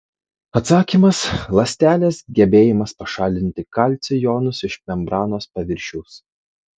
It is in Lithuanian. atsakymas ląstelės gebėjimas pašalinti kalcio jonus iš membranos paviršiaus